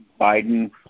Biden